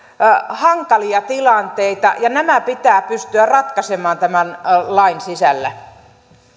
hankalia tilanteita ja nämä pitää pystyä ratkaisemaan tämän lain sisällä